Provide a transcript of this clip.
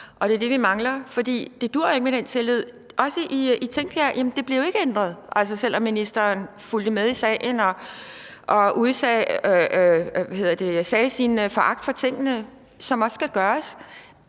Og det er det, vi mangler. For det duer ikke med den tillid, heller ikke i Tingbjerg, for det er jo ikke blevet ændret, selv om ministeren fulgte med i sagen og udtalte sin foragt for tingene, som han også skulle gøre.